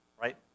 right